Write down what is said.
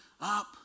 up